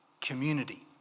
community